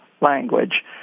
language